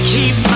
Keep